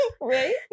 Right